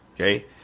Okay